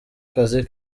kazi